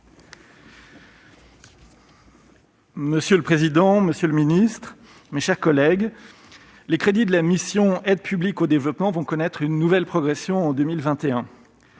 Madame la présidente, monsieur le ministre, mes chers collègues, les crédits de la mission « Aide publique au développement » vont connaître une nouvelle progression en 2021.